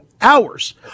hours